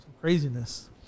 craziness